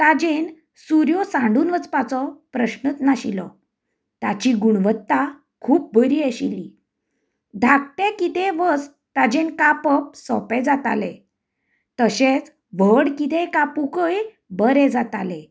ताचेन सुरयो सांडून वचपाचो प्रस्नूच नाशिल्लो ताची गुणवत्ता खूब बरी आशिल्ली धाकटें कितें वस्त ताचेर कापप सोपें जातालें तशेंच व्हड कितेंय कापूकय बरें जाताले